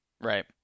Right